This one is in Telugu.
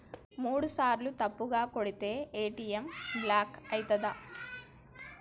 మూడుసార్ల తప్పుగా కొడితే ఏ.టి.ఎమ్ బ్లాక్ ఐతదా?